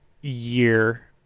year